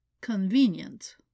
convenient